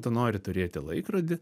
tu nori turėti laikrodį